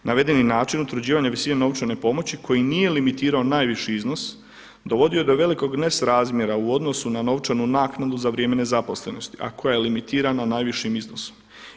Navedeni način utvrđivanja visine novčane pomoći koji nije limitirao najviši iznos dovodio je do velikog nesrazmjera u odnosu na novčanu naknadu za vrijeme nezaposlenosti a koja je limitirana najvišim iznosom.